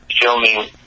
filming